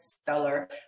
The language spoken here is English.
stellar